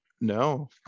No